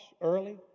early